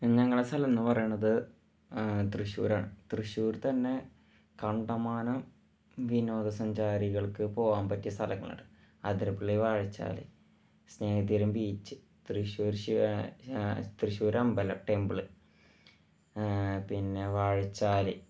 പിന്നെ ഞങ്ങളുടെ സ്ഥലം എന്ന് പറയണത് തൃശ്ശൂരാണ് തൃശ്ശൂർ തന്നെ കണ്ടമാനം വിനോദസഞ്ചാരികൾക്ക് പോകാൻ പറ്റിയ സ്ഥലങ്ങളുണ്ട് ആതിരപ്പള്ളി വാഴച്ചാൽ സ്നേഹതീരം ബീച്ച് തൃശ്ശൂർ ശിവ തൃശ്ശൂർ അമ്പലം ടെമ്പിള് പിന്നെ വാഴച്ചാൽ